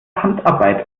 handarbeit